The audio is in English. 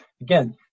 again